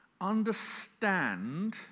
Understand